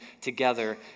together